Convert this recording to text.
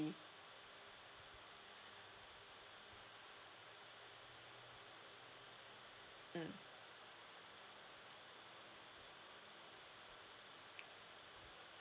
mm